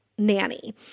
nanny